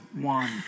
one